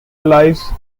lives